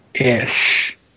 ish